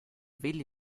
willi